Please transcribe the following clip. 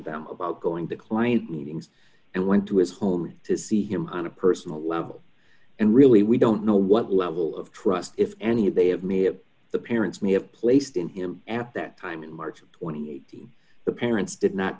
them about going to client meetings and went to his home to see him on a personal level and really we don't know what level of trust if any they have may have the parents may have placed in him at that time in march th the parents did not